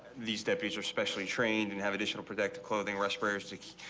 the steps are specially trained and have additional protective clothing rushed for six,